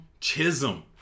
Chisholm